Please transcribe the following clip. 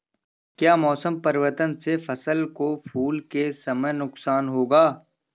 क्या मौसम परिवर्तन से फसल को फूल के समय नुकसान होगा?